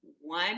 one